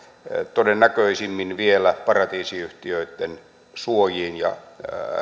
todennäköisimmin vielä paratiisiyhtiöitten suojiin ja